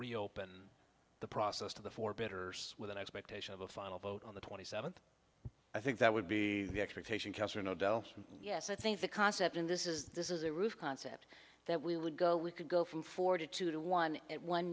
reopen the process to the for better with an expectation of a final vote on the twenty seventh i think that would be the expectation cassar no del yes i think the concept in this is this is a roof concept that we would go we could go from forty two to one at one